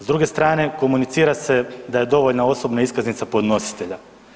S druge strane, komunicira se da je dovoljna osobna iskaznica podnositelja.